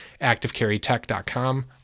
activecarrytech.com